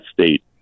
state